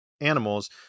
animals